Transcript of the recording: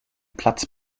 platz